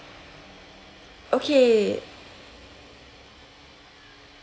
okay